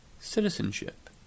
citizenship